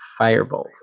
firebolt